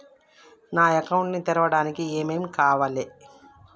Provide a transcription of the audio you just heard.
నా అకౌంట్ ని తెరవడానికి ఏం ఏం కావాలే?